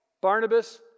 Barnabas